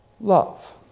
love